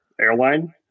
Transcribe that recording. airline